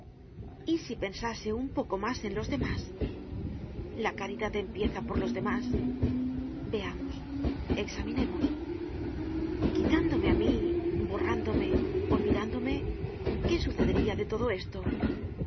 y si pensase un poco en los demás la caridad empieza por los demás veamos examinemos quitándome á mí borrándome olvidándome qué sucederia de todo esto